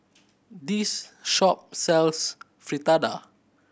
this shop sells Fritada